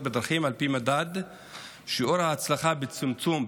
בדרכים על פי מדד שיעור ההצלחה בצמצום,